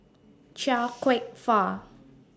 Chia Kwek Fah